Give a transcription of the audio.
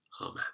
amen